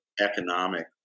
economic